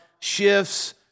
shifts